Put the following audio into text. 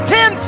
Ten